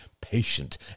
patient